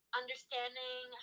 understanding